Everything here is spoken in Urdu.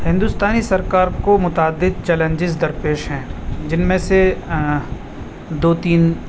ہندوستانی سرکار کو متعدد چیلنجز درپیش ہیں جن میں سے دو تین